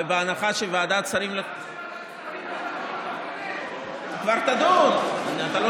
ובהנחה שוועדת השרים לחקיקה --- אבל למה